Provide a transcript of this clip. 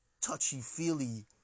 touchy-feely